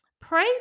pray